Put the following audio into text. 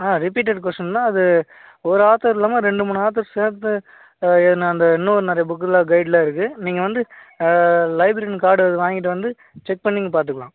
ஆ repeated கொஸ்ஸின்னா அது ஒரு ஆத்தர் இல்லாமல் ரெண்டு மூணு ஆத்தர் சேர்த்து எழுதின அந்த இன்னும் நிறைய புக்குலாம் கைட்லாம் இருக்கு நீங்கள் வந்து லைப்ரரியன் கார்டு வாங்கிட்டு வந்து செக் பண்ணி நீங்கள் பார்த்துக்கலாம்